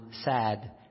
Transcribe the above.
sad